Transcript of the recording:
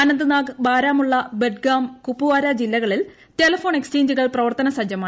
അനന്ത്നാഗ് ബാരാമുള്ള ബഡ്ഗാം കുപ്പാര ജില്ലകളിൽ ടെലഫോൺ എക്സ്ചേഞ്ചുകൾ പ്രവർത്തന സജ്ജമായി